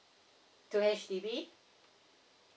to H_D_B